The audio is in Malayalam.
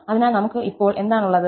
അതിനാൽ നമുക്ക് ഇപ്പോൾ എന്താണ് ഉള്ളത്